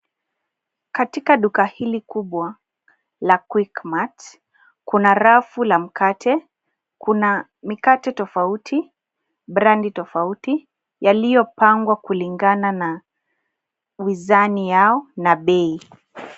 Katika duka hili kubwa la quickmart kuna rafu la mkate. Kuna mikate tofauti, brabdi tofati yaliyopangwa kulingana na uzani yao na bei.